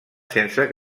sense